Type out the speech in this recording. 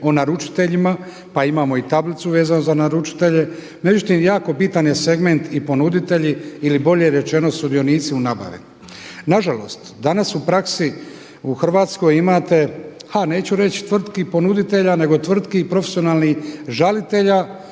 o naručiteljima pa imamo i tablicu vezano za naručitelje. Međutim jako bitan je segment i ponuditelji ili bolje rečeno sudionici u nabavi. Nažalost danas u praksi u Hrvatskoj imate, ha neću reći tvrtki ponuditelja, nego tvrtki i profesionalnih žalitelja